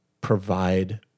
provide